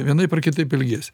vienaip ar kitaip elgiesi